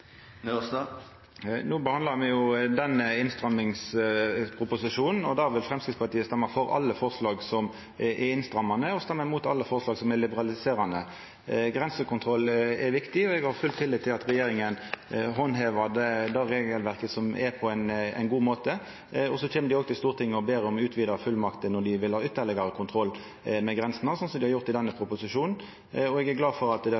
No behandlar me innstrammingsproposisjonen, og der vil Framstegspartiet stemma for alle forslag som er innstrammande, og stemma imot alle forslag som er liberaliserande. Grensekontroll er viktig, og eg har full tillit til at regjeringa handhevar regelverket som er, på ein gode måte. Så kjem dei til Stortinget og ber om utvida fullmakter når dei vil ha ytterlegare kontroll med grensene, sånn som dei har gjort i denne proposisjonen. Eg er glad for at det